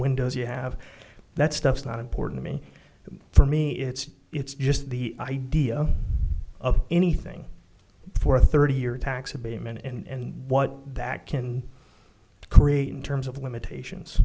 windows you have that stuff's not important to me for me it's it's just the idea of anything for thirty year tax abatement and what that can create in terms of limitations